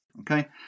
Okay